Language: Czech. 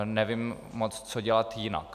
Nevím moc, co dělat jinak.